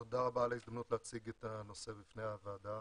תודה רבה על ההזדמנות להציג את הנושא בפני הוועדה.